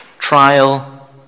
trial